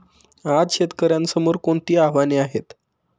आज शेतकऱ्यांसमोर कोणती आव्हाने आहेत?